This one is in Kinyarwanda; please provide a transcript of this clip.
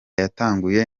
yatanguye